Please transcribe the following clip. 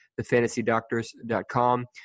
thefantasydoctors.com